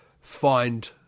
find